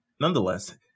Nonetheless